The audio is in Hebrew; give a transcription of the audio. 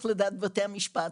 (נבצרות ראש הממשלה),